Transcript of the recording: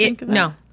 No